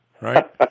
right